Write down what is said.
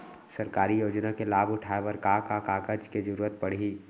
सरकारी योजना के लाभ उठाए बर का का कागज के जरूरत परही